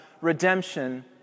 redemption